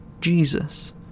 Jesus